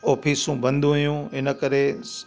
ऑफ़ीसूं बंदि हुयूं इनकरे